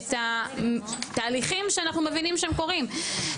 את התהליכים שאנחנו מבינים שהם קורים,